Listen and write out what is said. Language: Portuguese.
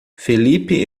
felipe